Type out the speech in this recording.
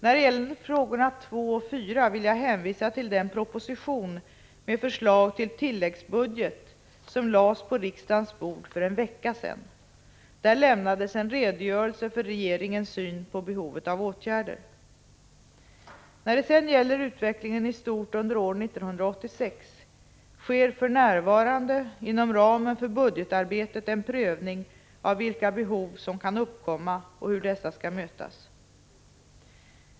När det gäller frågorna 2-4 får jag hänvisa till den proposition med förslag till tilläggsbudget som lades på riksdagens bord för en vecka sedan. Där lämnades en redogörelse för regeringens syn på behovet av åtgärder. När det sedan gäller utvecklingen i stort under år 1986 sker för närvarande inom ramen för budgetarbetet en prövning av vilka behov som kan uppkomma och hur dessa skall mötas.